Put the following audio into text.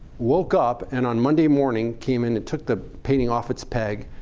woke up, and on monday morning came in and took the painting off its peg,